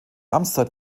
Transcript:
amtszeit